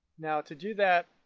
now to do that,